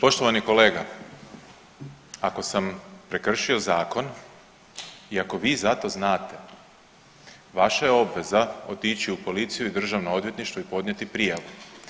Poštovani kolega, ako sam prekršio zakon i ako vi za to znate vaša je obveza otići u policiju i Državno odvjetništvo i podnijeti prijavu.